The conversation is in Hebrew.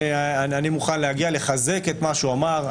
אני מוכן להגיע לחזק את מה שהוא אמר,